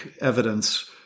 evidence